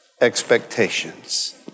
expectations